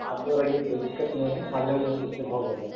कोई दिक्कत नहीं है हो जाएगा